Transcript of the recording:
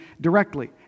directly